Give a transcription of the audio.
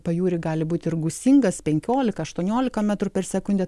pajūry gali būt ir gūsingas penkiolika aštuoniolika metrų per sekundę